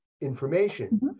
information